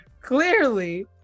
Clearly